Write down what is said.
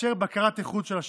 ולאפשר בקרת איכות של השירות.